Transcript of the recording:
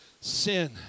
sin